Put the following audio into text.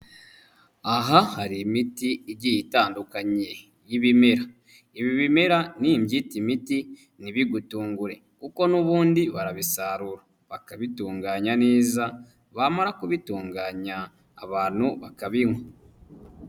Aha hari imiti igiye itandukanye y'ibimera, ibi bimera nimbyita imiti ntibigutungure kuko n'ubundi barabisarura bakabitunganya neza, bamara kubitunganya abantu bakabinywa.